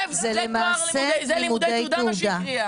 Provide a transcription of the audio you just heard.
זה לימודי תעודה מה שהיא הקריאה.